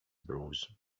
bruise